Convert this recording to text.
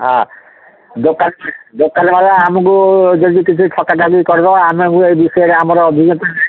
ହଁ ଦୋକାନ ଦୋକାନବାଲା ଆମକୁ ଯଦି କିଛି ଠକାଠକି କରିଦେବ ଆମକୁ ଏ ବିଷୟରେ ଆମର ଅଭିଜ୍ଞତା ନାହିଁ